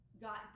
got